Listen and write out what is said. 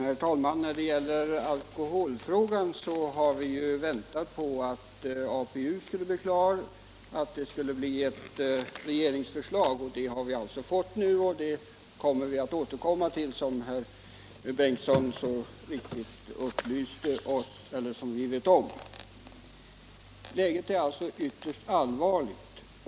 Herr talman! När det gäller alkoholfrågan har vi väntat på att APU skulle bli klar och att det skulle komma ett regeringsförslag. Det har vi alltså fått nu, och det får vi återkomma till, som herr Bengtsson i Göteborg så riktigt erinrade om. Läget är alltså ytterst allvarligt.